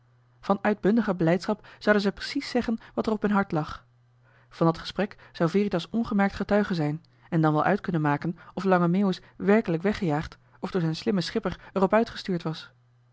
van uitbundige blijdschap zouden zij precies zeggen wat er op hun hart lag van dat gesprek zou veritas ongemerkt getuige zijn en dan wel uit kunnen maken of lange meeuwis werkelijk weggejaagd of door zijn slimmen schipper er op uitgestuurd was